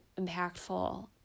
impactful